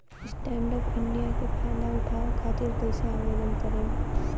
Stand up India के फाइदा उठाओ खातिर कईसे आवेदन करेम?